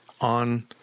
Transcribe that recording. on